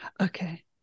Okay